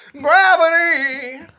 Gravity